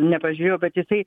nepažiūrėjau bet jisai